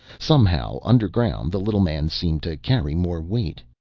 somehow, underground, the little man seemed to carry more weight.